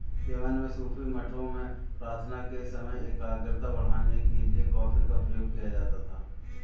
Yemen में सूफी मठों में प्रार्थना के समय एकाग्रता बढ़ाने के लिए कॉफी का प्रयोग किया जाता था